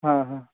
हा हा